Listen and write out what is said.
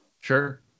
sure